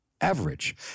average